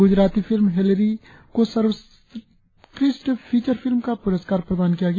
Gujarati film Hellaro को सर्वोत्कृष्ट feature film का पुरस्कार प्रदान किया गया